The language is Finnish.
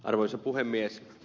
arvoisa puhemies